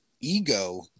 ego